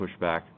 pushback